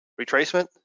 retracement